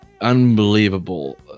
unbelievable